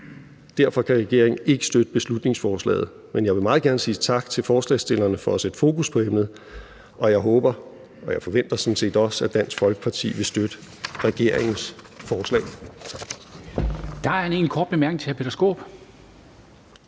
Derfor kan regeringen ikke støtte beslutningsforslaget, men jeg vil meget gerne sige tak til forslagsstillerne for at sætte fokus på emnet. Og jeg håber, og jeg forventer sådan set også, at Dansk Folkeparti vil støtte regeringens forslag.